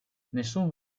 nessun